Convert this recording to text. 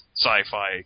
sci-fi